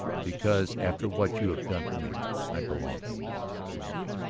because after what you have done for me, i belong to you. if you want me.